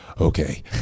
okay